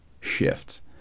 shifts